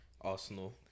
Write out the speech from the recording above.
Arsenal